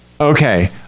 Okay